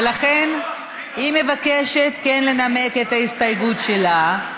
ולכן היא מבקשת כן לנמק את ההסתייגות שלה,